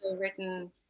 written